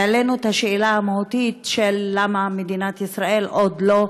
והעלינו את השאלה המהותית למה מדינת ישראל עוד לא,